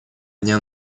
дня